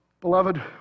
Beloved